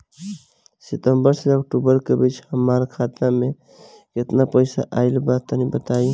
सितंबर से अक्टूबर के बीच हमार खाता मे केतना पईसा आइल बा तनि बताईं?